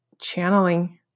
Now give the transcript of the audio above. channeling